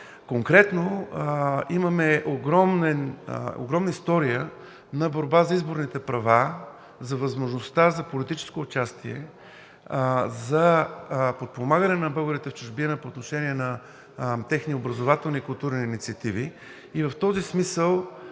Конкретно – имаме огромна история на борба за изборните права, за възможността за политическо участие, за подпомагане на българите в чужбина по отношение на техни образователни и културни инициативи. В този смисъл,